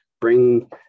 bring